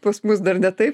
pas mus dar ne taip